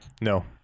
No